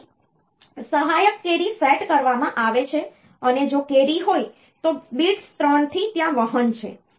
તેથી સહાયક carry set કરવામાં આવે છે અને જો કેરી હોય તો bits 3 થી ત્યાં વહન છે